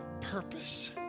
purpose